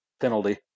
penalty